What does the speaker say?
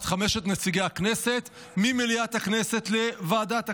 חמשת נציגי הכנסת ממליאת הכנסת לוועדת הכנסת.